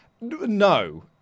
No